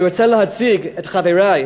אני רוצה להציג את חברַי,